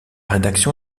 rédaction